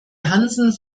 hansen